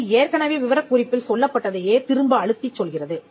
இது ஏற்கனவே விவரக் குறிப்பில் சொல்லப்பட்டதையே திரும்ப அழுத்திச் சொல்கிறது